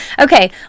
Okay